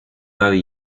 daddy